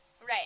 Right